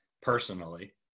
personally